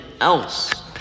else